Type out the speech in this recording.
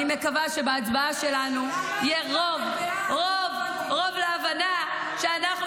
אני מקווה שבהצבעה שלנו יהיה רוב ------- רוב להבנה שאנחנו